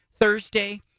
Thursday